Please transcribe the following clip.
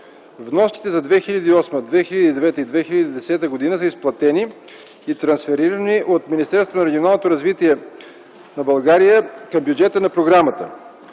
Вноските за 2008, 2009 и 2010 г. са изплатени и трансферирани от Министерството на регионалното развитие и благоустройството към бюджета на Програмата.